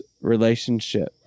relationship